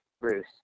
Bruce